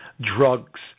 drugs